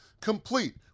complete